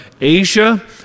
Asia